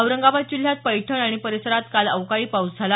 औरंगाबाद जिल्ह्यात पैठण आणि परिसरात काल अवकाळी पाऊस झाला